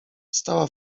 stała